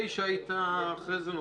הצבעה בעד, 5 נגד, 6 לא אושרה.